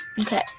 Okay